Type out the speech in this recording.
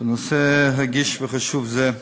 בנושא רגיש וחשוב זה.